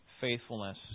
faithfulness